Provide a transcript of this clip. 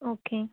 okay